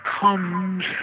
comes